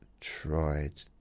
tried